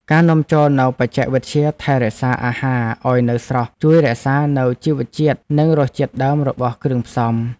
ការនាំចូលនូវបច្ចេកវិទ្យាថែរក្សាអាហារឱ្យនៅស្រស់ ជួយរក្សានូវជីវជាតិនិងរសជាតិដើមរបស់គ្រឿងផ្សំ។